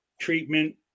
treatment